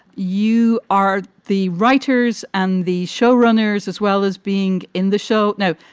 you are the writers and the show runners as well as being in the show. no,